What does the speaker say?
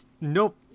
nope